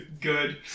Good